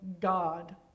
God